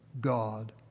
God